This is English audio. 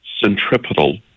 centripetal